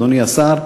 אדוני השר,